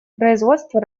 производства